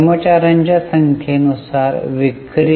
कर्मचार्यांच्या संख्ये नुसार विक्री